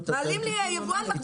אני רוצה להיות יבואן מקביל,